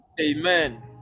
Amen